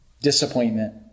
disappointment